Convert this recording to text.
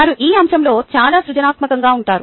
వారు ఈ అంశంలో చాలా సృజనాత్మకంగా ఉంటారు